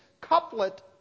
couplet